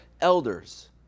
elders